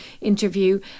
interview